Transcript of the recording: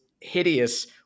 hideous